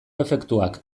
efektuak